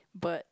but